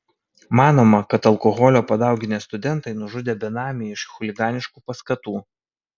manoma kad alkoholio padauginę studentai nužudė benamį iš chuliganiškų paskatų